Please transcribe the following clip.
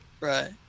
Right